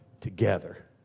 together